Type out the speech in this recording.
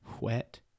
wet